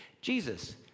Jesus